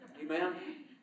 Amen